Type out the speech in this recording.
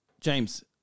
James